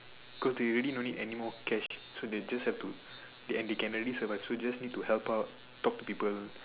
cause they already don't need any more cash so they just have to and they can already survive so just need to help out talk to people